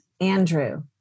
Andrew